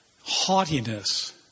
haughtiness